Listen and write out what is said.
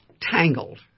tangled